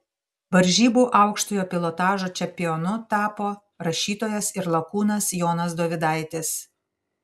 varžybų aukštojo pilotažo čempionu tapo rašytojas ir lakūnas jonas dovydaitis